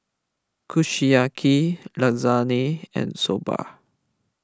Kushiyaki Lasagne and Soba